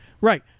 Right